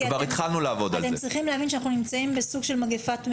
כבר התחלנו לעבוד על זה.